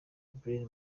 blair